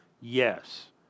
Yes